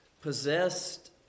Possessed